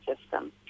system